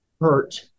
hurt